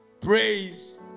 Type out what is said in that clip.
praise